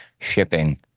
shipping